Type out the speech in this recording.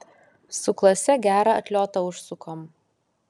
su klase gerą atliotą užsukom